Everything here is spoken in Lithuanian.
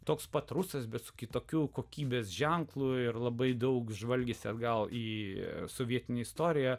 toks pat rusas bet kitokiu kokybės ženklu ir labai daug žvalgėsi atgal į sovietinę istoriją